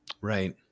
Right